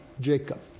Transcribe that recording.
Jacob